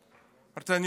אמרתי: אני לא מוכן.